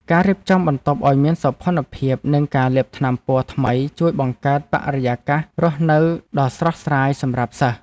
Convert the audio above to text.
ការរៀបចំបន្ទប់ឱ្យមានសោភ័ណភាពនិងការលាបថ្នាំពណ៌ថ្មីជួយបង្កើតបរិយាកាសរស់នៅដ៏ស្រស់ស្រាយសម្រាប់សិស្ស។